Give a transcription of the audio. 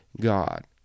God